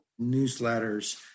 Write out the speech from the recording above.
newsletters